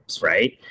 right